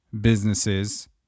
businesses